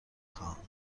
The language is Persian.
خواهم